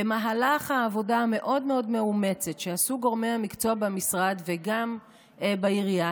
במהלך העבודה המאוד-מאוד מאומצת שעשו גורמי המקצוע במשרד וגם בעירייה,